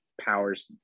powers